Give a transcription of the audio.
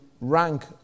rank